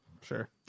Sure